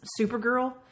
Supergirl